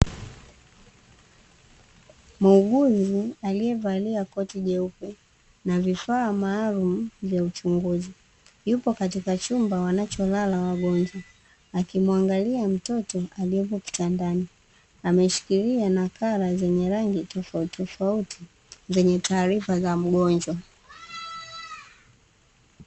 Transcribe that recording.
Muuguzi aliyevalia koti jeupe na vifaa maalumu vya uchunguzi, yupo katika chumba wanacholala wagonjwa akimwangalia mtoto aliyepo kitandani. Ameshikilia nakala zenye rangi tofautitofauti zenye taarifa za mgonjwa.